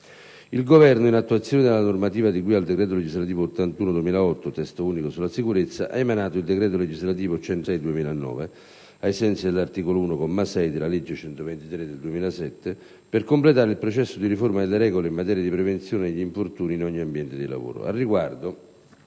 Il Governo, in attuazione della normativa di cui al decreto legislativo n. 81 del 2008 (Testo unico sulla sicurezza), ha emanato il decreto legislativo n. 106 del 2009 (ai sensi dell'articolo 1, comma 6, della legge 123 del 2007) per completare il processo di riforma delle regole in materia di prevenzione degli infortuni in ogni ambiente di lavoro.